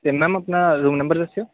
ਅਤੇ ਮੈਮ ਆਪਣਾ room number ਦੱਸਿਓ